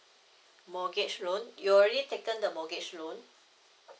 mortgage loan you already taken the mortgage loan